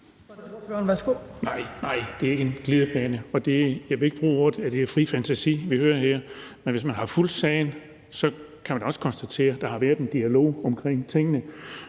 Nej, det er ikke en glidebane. Jeg vil ikke sige, at det, vi hører her, er fri fantasi, men hvis man har fulgt sagen, kan man også konstatere, at der har været en dialog om tingene,